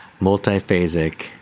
Multiphasic